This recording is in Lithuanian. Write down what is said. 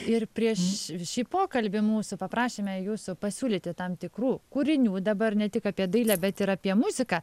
ir prieš šį pokalbį mūsų paprašėme jūsų pasiūlyti tam tikrų kūrinių dabar ne tik apie dailę bet ir apie muziką